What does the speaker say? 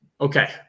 Okay